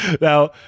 Now